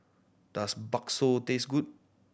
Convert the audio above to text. does Bakso taste good